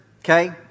okay